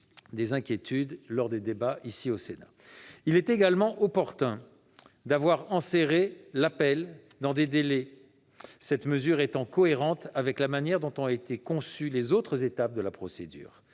Il est également opportun d'avoir enserré l'appel dans des délais, cette mesure étant cohérente avec la manière dont ont été conçues les autres étapes de la procédure.